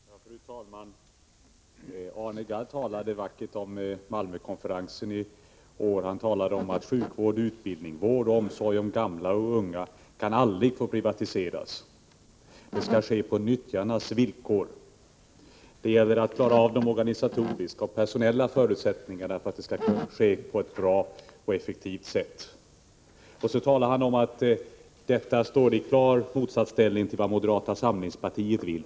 Fru talman! Arne Gadd talade vackert om Malmökonferensen i år och om att sjukvård, utbildning samt vård och omsorg om gamla och unga aldrig får privatiseras. Dessa samhällstjänster skall ske på nyttjarnas villkor, sade han. Det gäller att klara av de organisatoriska och personella förutsättningarna för att det skall ske på ett bra och effektivt sätt. Han påstod vidare att det stod i klar motsatsställning till vad moderata samlingspartiet vill.